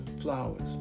Flowers